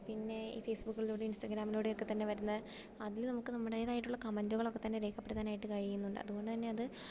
പിന്നെ ഈ ഫേസ്ബുക്കുകളിലൂടെയും ഇൻസ്റ്റഗ്രാമിലൂടെയും ഒക്കെ തന്നെ വരുന്ന അതിൽ നമുക്ക് നമ്മുടേതായിട്ടുള്ള കമൻറ്റുകളൊക്കെ തന്നെ രേഖപ്പെടുത്താനായിട്ട് കഴിയുന്നുണ്ട് അതു കൊണ്ടു തന്നെ അത്